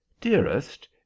Dearest